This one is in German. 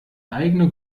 eigene